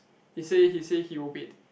he say he say he will wait